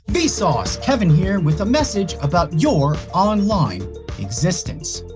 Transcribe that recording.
vsauce! kevin here, with a message about your online existence.